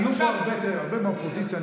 עלו פה הרבה מהאופוזיציה.